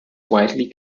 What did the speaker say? widely